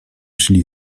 szli